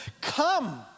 come